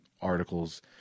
articles